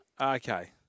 Okay